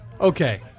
okay